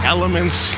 elements